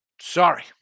Sorry